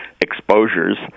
exposures